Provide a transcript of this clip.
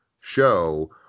show